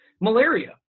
malaria